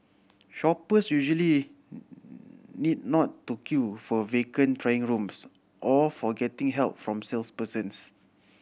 shoppers usually need not to queue for vacant trying rooms or for getting help from salespersons